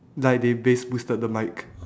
like they bass boosted the mic